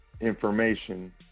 information